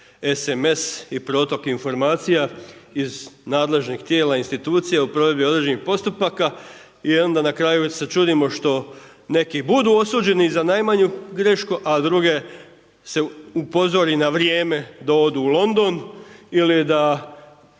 SMS i protok informacija iz nadležnih tijela, institucija u provedbi određenih postupaka. I onda na kraju se čudimo što neki budu osuđeni za najmanju grešku, a druge se upozori na vrijeme da odu u London ili da